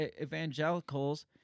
evangelicals